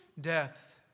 Death